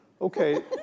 Okay